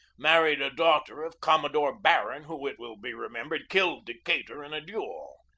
married a daughter of commodore barron, who, it will be remembered, killed decatur in a duel.